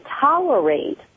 tolerate